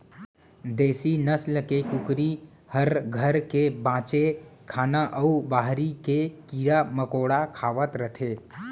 देसी नसल के कुकरी हर घर के बांचे खाना अउ बाहिर के कीरा मकोड़ा खावत रथे